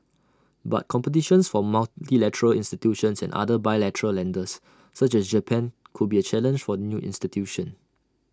but competitions from multilateral institutions and other bilateral lenders such as Japan could be A challenge for the new institution